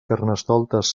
carnestoltes